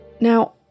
Now